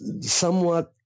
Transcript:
somewhat